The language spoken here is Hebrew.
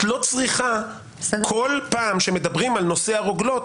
את לא צריכה כל פעם שמדברים על נושא הרוגלות,